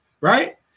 right